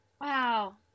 Wow